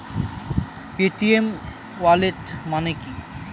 Paytm wallet মানে কি?